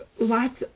lots